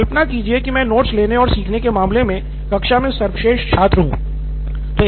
तो कल्पना कीजिए कि मैं नोट्स लेने और सीखने के मामले में कक्षा में सर्वश्रेष्ठ छात्र हूं